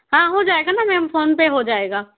हाँ हो जाएगा ना मैम फोनपे हो जाएगा